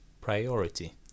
priority